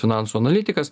finansų analitikas